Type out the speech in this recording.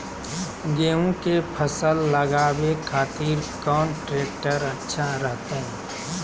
गेहूं के फसल लगावे खातिर कौन ट्रेक्टर अच्छा रहतय?